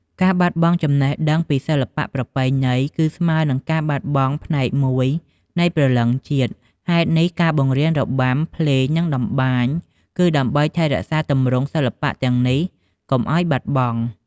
ការបាត់បង់ចំណេះដឹងពីសិល្បៈប្រពៃណី គឺស្មើនឹងការបាត់បង់ផ្នែកមួយនៃព្រលឹងជាតិ ហេតុនេះ ការបង្រៀនរបាំ ភ្លេង និងតម្បាញ គឺដើម្បីថែរក្សាទម្រង់សិល្បៈទាំងនេះកុំឱ្យបាត់បង់។